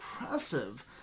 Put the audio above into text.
impressive